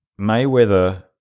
Mayweather